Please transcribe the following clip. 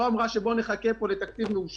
היא לא אמרה: בואו נחכה פה לתקציב מאושר,